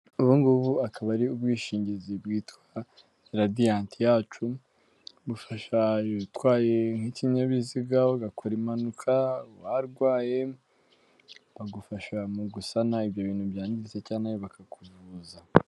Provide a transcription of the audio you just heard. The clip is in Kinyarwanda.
Ubu ngubu akaba ari ubwishingizi bwitwa radiyanti yacu bufasha utwaye nk'ikinyabiziga ugakora impanuka, warwaye bagufasha mu gusana ibyo bintu byangiritse cyangwa nawe bakakuvuza.